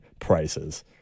prices